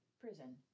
prison